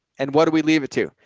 and what do we leave it? two.